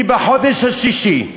היא בחודש השישי,